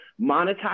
monetize